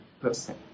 person